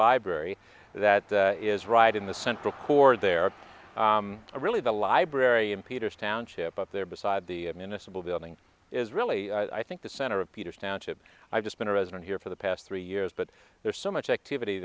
library that is right in the central core there are really the library in peter's township up there beside the minister building is really i think the center of peter's township i've just been a resident here for the past three years but there's so much activity